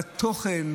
בתוכן,